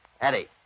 Eddie